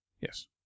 Yes